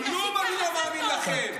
תעשי ככה --- לכלום אני לא מאמין לכם.